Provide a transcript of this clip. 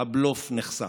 הבלוף נחשף.